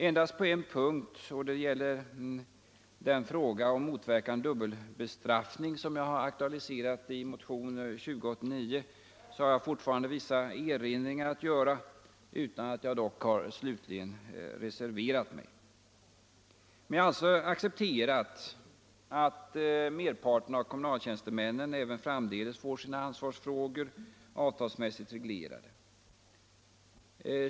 Endast Onsdagen den på en punkt — då det gäller den fråga om motverkande av dubbelbe 28 maj 1975 straffning som jag aktualiserat i motionen 2089 — har jag fortfarande SRA rie vissa erinringar att göra, utan att jag dock slutligen reserverat mig. Ansvar för funktio Jag har alltså accepterat att merparten av kommunaltjänstemännen närer i offentlig även framdeles får sina ansvarsfrågor avtalsmässigt reglerade.